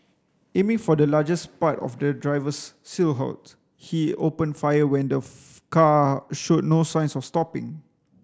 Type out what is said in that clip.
aiming for the largest part of the driver's silhouette he opened fire when the car showed no signs of stopping